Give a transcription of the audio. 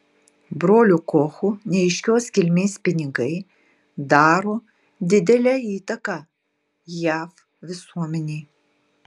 brolių kochų neaiškios kilmės pinigai daro didelę įtaką jav visuomenei